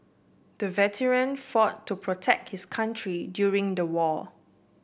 the veteran fought to protect his country during the war